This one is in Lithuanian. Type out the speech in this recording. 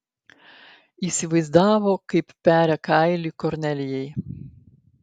įsivaizdavo kaip peria kailį kornelijai